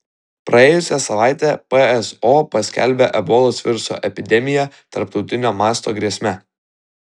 praėjusią savaitę pso paskelbė ebolos viruso epidemiją tarptautinio masto grėsme